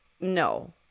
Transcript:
no